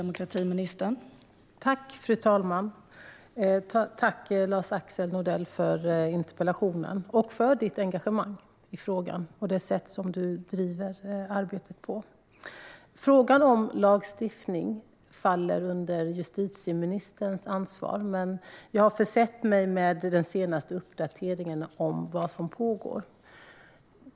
Fru talman! Tack, Lars-Axel Nordell, för interpellationen och för ditt engagemang i frågan och det sätt på vilket du driver den! Frågan om lagstiftning faller under justitieministerns ansvar, men jag har försett mig med den senaste uppdateringen om vad som pågår.